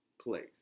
place